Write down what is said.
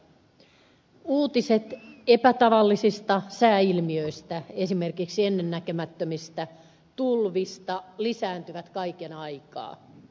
uutiset epätavallisista sääilmiöistä esimerkiksi ennennäkemättömistä tulvista lisääntyvät kaiken aikaa